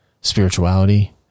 spirituality